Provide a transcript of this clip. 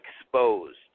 exposed